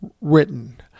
written